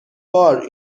بار